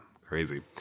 crazy